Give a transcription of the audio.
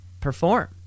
perform